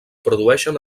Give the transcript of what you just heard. produeixen